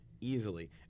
easily